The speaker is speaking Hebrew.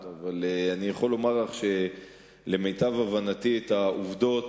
אבל אני יכול לומר לך שלמיטב הבנתי את העובדות,